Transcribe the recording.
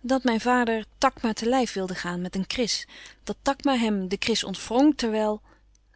dat mijn vader takma te lijf wilde gaan met een kris dat takma hem de kris ontwrong